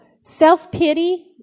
self-pity